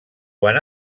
quan